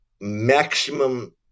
maximum